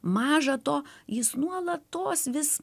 maža to jis nuolatos vis